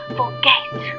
forget